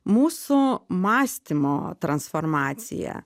mūsų mąstymo transformacija